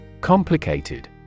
Complicated